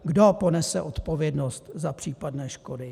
Kdo ponese odpovědnost za případné škody?